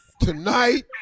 Tonight